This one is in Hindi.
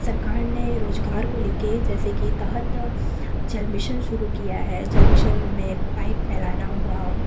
सरकार ने रोज़गार को लेकर जैसे कि तहत जल मिशन शुरू किया है जल मिशन में पाइप फैलाना हुआ